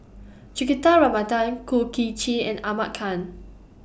Juthika Kum Kin Chee and Ahmad Khan